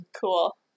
Cool